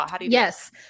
Yes